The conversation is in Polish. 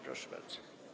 Proszę bardzo.